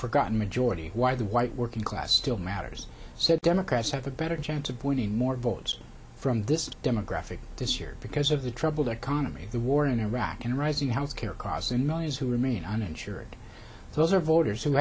forgotten majority why the white working class still matters said democrats have a better chance of winning more votes from this demographic this year because of the troubled economy the war in iraq and rising health care costs and millions who remain uninsured those are voters who